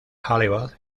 hollywood